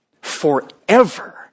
forever